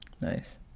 Nice